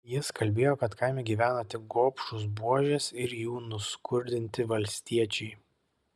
jis kalbėjo kad kaime gyvena tik gobšūs buožės ir jų nuskurdinti valstiečiai